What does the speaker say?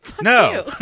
No